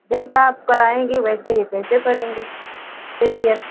जैसा आप कराएंगी वैसे ही पैसे पड़ेंगे फेसियल